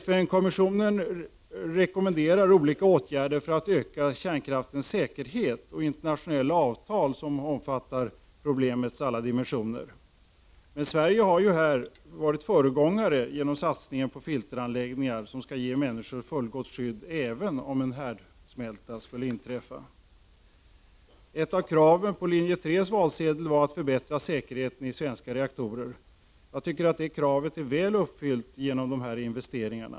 FN-kommissionen rekommenderar olika åtgärder för att öka kärnkraftens säkerhet och internationella avtal som omfattar problemets alla dimensioner. Sverige har här varit föregångare genom satsningen på filteranläggningar, som skall ge människor fullgott skydd även om en härdsmälta skulle inträffa. Ett av kraven på linje 3:s valsedel var att säkerheten i svenska reaktorer skulle förbättras. Jag tycker att det kravet är väl uppfyllt genom dessa investeringar.